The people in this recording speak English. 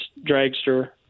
dragster